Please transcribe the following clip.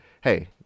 hey